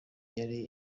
yari